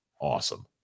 awesome